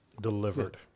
delivered